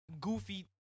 goofy